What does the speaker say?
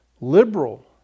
liberal